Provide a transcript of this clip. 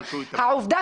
ראדי,